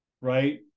right